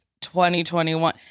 2021